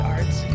Arts